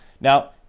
Now